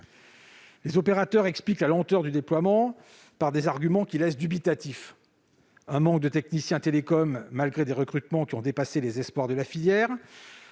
Les opérateurs expliquent la lenteur du déploiement par des arguments qui laissent dubitatifs : un manque de techniciens télécoms, malgré des recrutements qui ont dépassé les espoirs de la filière ;